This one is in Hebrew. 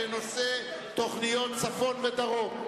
בנושא תוכנית צפון ודרום.